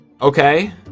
Okay